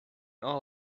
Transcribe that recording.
all